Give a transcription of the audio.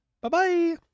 Bye-bye